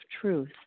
Truth